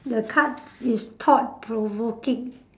the card is thought provoking